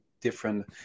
different